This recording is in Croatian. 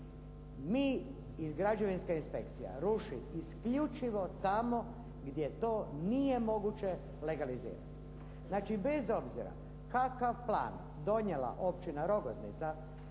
mi i Građevinska inspekcija ruši isključivo tamo gdje to nije moguće legalizirati. Znači, bez obzira kakav plan donijela općina Rogoznica